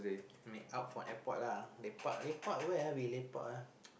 coming out from airport ah lepak lepak where ah we lepak